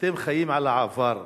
אתם חיים על העבר.